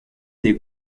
des